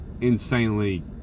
insanely